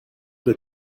the